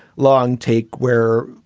long take where,